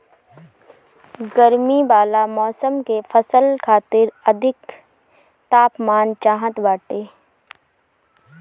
गरमी वाला मौसम के फसल खातिर अधिक तापमान चाहत बाटे